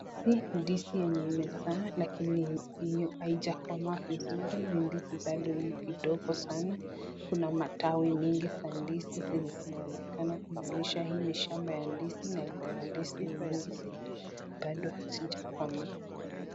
Hizi ni ndizi enye imezaa lakini haijakomaa vizuri. Ni ndizi bado ii kidogo sana, kuna matawi mingi za ndizi zenye zinaonekana kumanisha hii ni shamba ya ndizi na iko na ndizi nyingi zenye bado hazijakomaa.